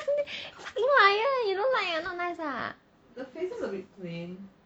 what !eeyer! you don't like ah not nice ah